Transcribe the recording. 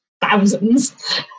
thousands